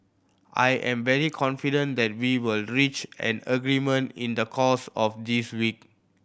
I am very confident that we will reach an agreement in the course of this week